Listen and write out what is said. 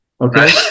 okay